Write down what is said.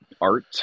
art